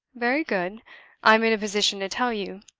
very good i'm in a position to tell you.